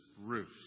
roof